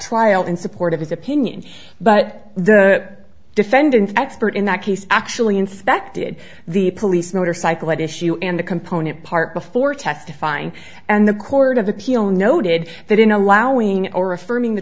trial in support of his opinion but the defendant's expert in that case actually inspected the police motorcycle at issue and the component part before testifying and the court of appeal noted that in allowing or affirming the